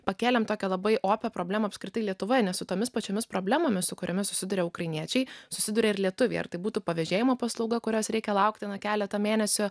pakėlėme tokią labai opią problemą apskritai lietuvoje nes su tomis pačiomis problemomis su kuriomis susiduria ukrainiečiai susiduria ir lietuviai ar tai būtų pavėžėjimo paslauga kurios reikia laukti nuo keleto mėnesių